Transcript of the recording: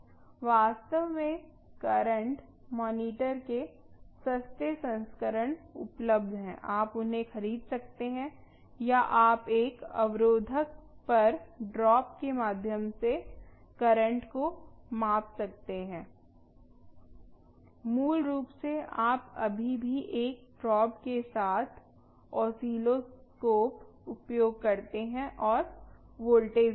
वास्तव में current monitor के सस्ते संस्करण उपलब्ध हैं आप उन्हें खरीद सकते हैं या आप एक अवरोधक पर ड्रॉप के माध्यम से करंट को माप सकते हैं मूल रूप से आप अभी भी एक प्रोब के साथ ऑसिलोस्कोप उपयोग करते हैं और वोल्टेज मापते हैं